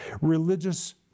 Religious